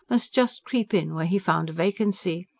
must just creep in where he found a vacancy.